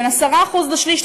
בין 10% לשליש,